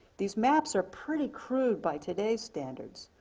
these maps are pretty crude by today's standards,